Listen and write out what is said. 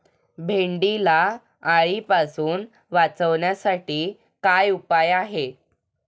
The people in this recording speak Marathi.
भेंडीला अळीपासून वाचवण्यासाठी काय उपाय आहे?